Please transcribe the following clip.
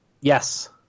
Yes